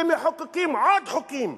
ומחוקקים עוד חוקים.